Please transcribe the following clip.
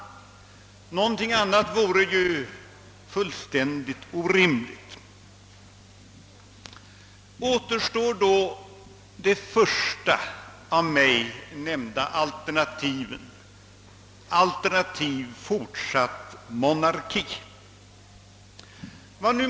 Någonting annat vore ju fullständigt orimligt. Då återstår det första av mig nämnda alternativet — fortsatt monarki.